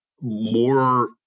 more